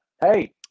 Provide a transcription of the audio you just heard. Hey